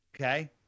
Okay